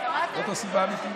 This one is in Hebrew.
זו הסיבה האמיתית.